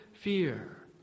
fear